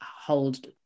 hold